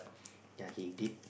yea he did